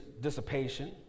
dissipation